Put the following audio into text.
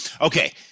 Okay